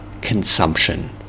consumption